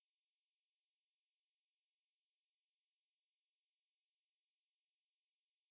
有些工作那个 pay quite low some high but then quite tedious